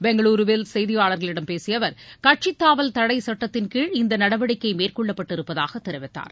பெங்களூருவில் செய்தியாளர்களிடம் பேசிய அவர் கட்சித்தாவல் தடைச் சட்டத்தின்கீழ் இந்த நடவடிக்கை மேற்கொள்ளப்பட்டிருப்பதாக தெரிவித்தார்